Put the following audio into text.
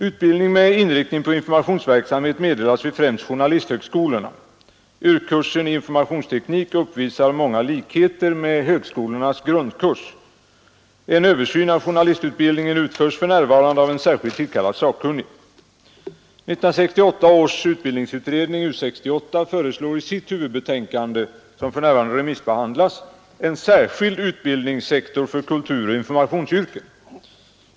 Utbildning med inriktning på informationsverksamhet meddelas vid främst journalisthögskolorna. YRK-kursen i informationsteknik uppvisar många likheter med högskolornas grundkurs. En översyn av journalistutbildningen utförs för närvarande av en särskilt tillkallad sakkunnig. 1968 års utbildningsutredning — U 68 — föreslår i sitt huvudbetänkande, som för närvarande remissbehandlas, en särskild utbildningssektor för kulturoch informationsyrken.